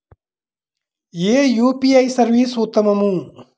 ఏ UPI service ఉత్తమము?